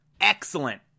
excellent